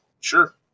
sure